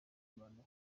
rwanda